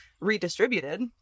redistributed